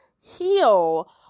heal